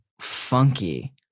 funky